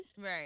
Right